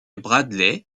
bradley